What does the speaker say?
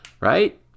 Right